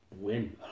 win